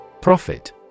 Profit